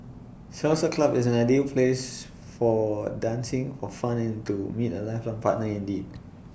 salsa club is an ideal place for dancing for fun and to meet A lifelong partner indeed